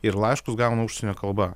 ir laiškus gauna užsienio kalba